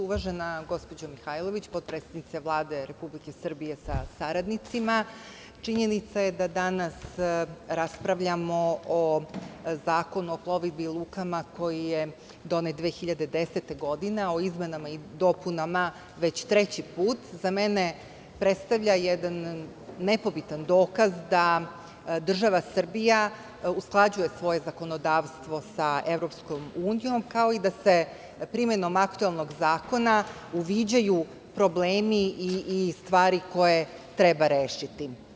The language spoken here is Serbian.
Uvažena gospođo Mihajlović, potpredsednice Vlade Republike Srbije sa saradnicima, činjenica je da danas raspravljamo o Zakonu o plovidbi i lukama koji je donet 2010. godine, a o izmenama i dopunama već treći put, za mene predstavlja jedan nepobitan dokaz da država Srbija usklađuje svoje zakonodavstvo sa EU, kao i da se primenom aktuelnog zakona uviđaju problemi i stvari koje treba rešiti.